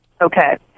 Okay